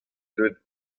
deuet